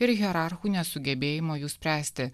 ir hierarchų nesugebėjimo jų spręsti